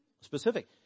specific